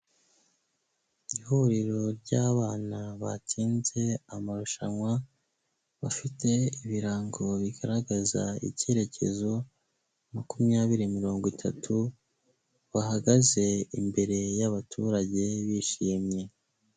Ihuriro ry'abana batsinze amarushanwa, bafite ibirango bigaragaza icyerekezo makumyabiri, mirongo itatu, bahagaze imbere y'abaturage bishimye.